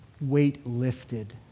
weight-lifted